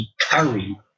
curry